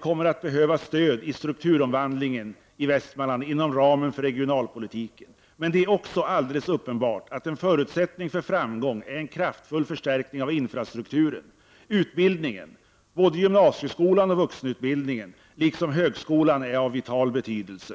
kommer det att behövas stöd i strukturomvandlingen i Västmanland inom ramen för regionalpolitiken. Men det är också alldeles uppenbart att en förutsättning för framgång är en kraftfull förstärkning av infrastrukturen. Utbildningen — både gymnasieskolan och vuxenutbildningen liksom högskolan — är av vital betydelse.